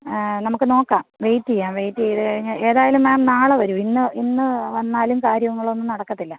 നമുക്ക് നോക്കാം വെയിറ്റ് ചെയ്യാം വെയിറ്റ് ചെയ്തു കഴിഞ്ഞാൽ ഏതായാലും മാം നാളെ വരു ഇന്ന് ഇന്ന് വന്നാലും കാര്യങ്ങളൊന്നും നടക്കത്തില്ല